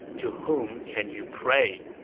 to whom can you pray?